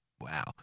Wow